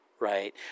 right